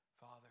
Father